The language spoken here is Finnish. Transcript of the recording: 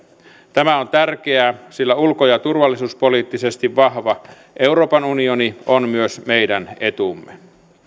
tämä on tärkeää sillä ulko ja turvallisuuspoliittisesti vahva euroopan unioni on myös meidän etumme